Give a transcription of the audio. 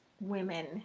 women